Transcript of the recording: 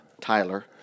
Tyler